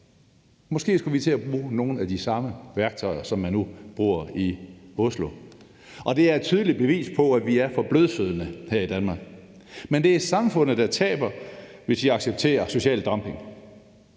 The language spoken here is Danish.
Måske skulle vi til at bruge nogle af de samme værktøjer, som man nu bruger i Oslo. Det er et tydeligt bevis på, at vi er for blødsødne her i Danmark. Men det er samfundet, der taber, hvis vi accepterer social dumping.